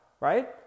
right